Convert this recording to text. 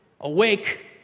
Awake